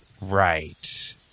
Right